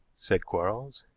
said quarles.